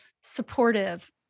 supportive